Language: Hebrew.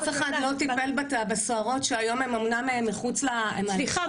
אף אחד לא טיפל סוהרות שהיום הם אמנם מחוץ ל --- סליחה,